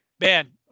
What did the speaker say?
man